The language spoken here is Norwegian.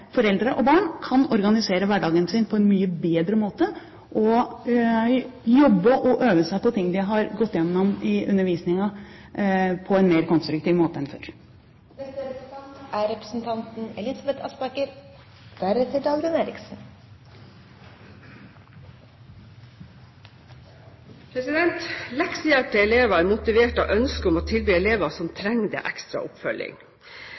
foreldre og barn kan organisere hverdagen sin på en mye bedre måte, og jobbe og øve seg på ting de har gått gjennom i undervisningen på en mer konstruktiv måte enn før. Leksehjelp til elever er motivert av ønsket om å tilby elever som trenger det, ekstra oppfølging.